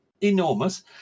enormous